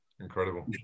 incredible